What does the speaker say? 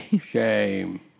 shame